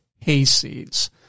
hayseeds